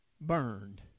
burned